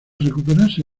recuperarse